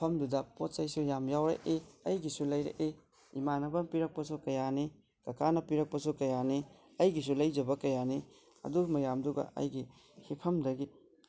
ꯃꯐꯝꯗꯨꯗ ꯄꯣꯠ ꯆꯩꯁꯨ ꯌꯥꯝꯅ ꯌꯥꯎꯔꯛꯏ ꯑꯩꯒꯤꯁꯨ ꯂꯩꯔꯛꯏ ꯏꯃꯥꯟꯅꯕꯅ ꯄꯤꯔꯛꯄꯁꯨ ꯀꯌꯥꯅꯤ ꯀꯀꯥꯅ ꯄꯤꯔꯛꯄꯁꯨ ꯀꯌꯥꯅꯤ ꯑꯩꯒꯤꯁꯨ ꯂꯩꯖꯕ ꯀꯌꯥꯅꯤ ꯑꯗꯨ ꯃꯌꯥꯝꯗꯨꯒ ꯑꯩꯒꯤ ꯍꯤꯞꯐꯝꯗꯒꯤ